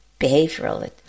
behavioral